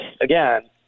again